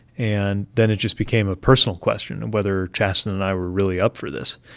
and then it just became a personal question of whether chasten and i were really up for this.